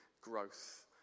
growth